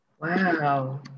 Wow